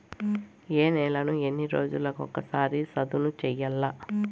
ఏ నేలను ఎన్ని రోజులకొక సారి సదును చేయల్ల?